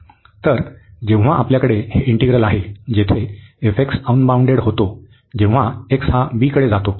तर जेव्हा आपल्याकडे हे इंटिग्रल आहे जेथे अनबाऊंडेड होतो जेव्हा x हा b कडे जातो